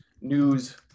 news